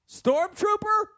stormtrooper